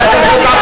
על ספינת "מרמרה",